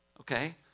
okay